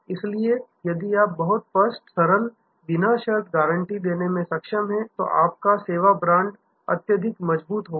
इसलिए यदि आप बहुत स्पष्ट सरल बिना शर्त गारंटी देने में सक्षम हैं तो आपका सेवा ब्रांड अत्यधिक मजबूत होगा